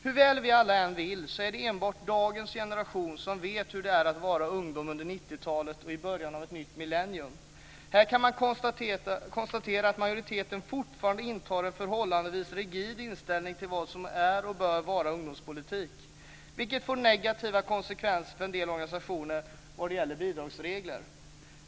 Hur väl vi alla än vill är det enbart dagens generation som vet hur det är att vara ungdom under 90-talet och i början ett nytt millennium. Här kan man konstatera att majoriteten fortfarande intar en förhållandevis rigid ställning till vad som är och bör vara ungdomspolitik. Det får negativa konsekvenser för en del organisationer vad gäller bidragsregler.